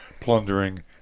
plundering